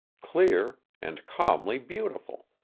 clear, and calmly beautiful,